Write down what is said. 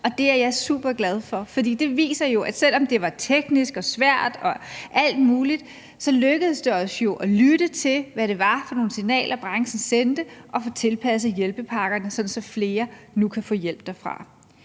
det er jeg super glad for, for det viser jo, at selv om det var teknisk og svært og alt muligt, lykkedes det os jo at lytte til, hvad det var for nogle signaler, branchen sendte, og få tilpasset hjælpepakkerne, sådan at flere nu kan få hjælp derfra.